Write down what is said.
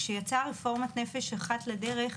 כשיצאה רפורמת "נפש אחת" לדרך,